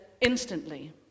instantly